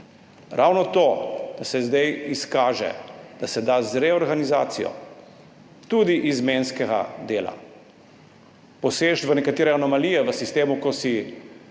ravno to, da se zdaj izkaže, da se da z reorganizacijo tudi izmenskega dela poseči v nekatere anomalije v sistemu, ko si